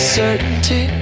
certainty